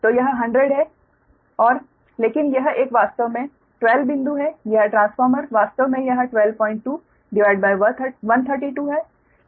तो यह 100 है और लेकिन यह एक वास्तव में 12 बिंदु है यह ट्रांसफार्मर वास्तव में यह 122 132 है